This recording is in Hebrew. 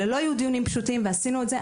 אלה לא היו דיונים פשוטים ועשינו את זה.